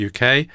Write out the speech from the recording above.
uk